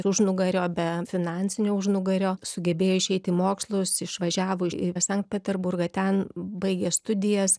užnugario be finansinio užnugario sugebėjo išeiti į mokslus išvažiavo į sankt peterburgą ten baigė studijas